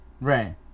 Right